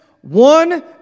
One